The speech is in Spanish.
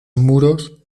muros